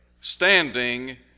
standing